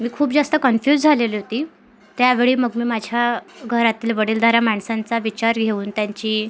मी खूप जास्त कन्फ्यूज झालेली होते त्यावेळी मग मी माझ्या घरातील वडीलधाऱ्या माणसांचा विचार घेऊन त्यांची